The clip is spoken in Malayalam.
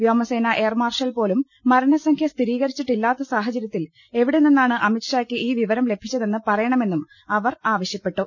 വ്യോമസേനാ എയർമാർഷൽ പോലും മരണസംഖ്യ സ്ഥിരീകരിച്ചിട്ടില്ലാത്ത സാഹചര്യത്തിൽ എവി ടെനിന്നാണ് അമിത്ഷാക്ക് ഈ വിവരം ലഭിച്ചതെന്ന് പറയണ മെന്നും അവർ ആവശ്യപ്പെട്ടു